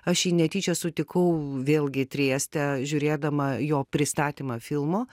aš jį netyčia sutikau vėlgi trieste žiūrėdama jo pristatymą filmo